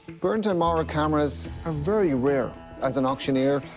berndt and maurer cameras are very rare. as an auctioneer,